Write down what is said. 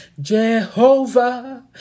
Jehovah